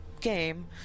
game